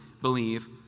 believe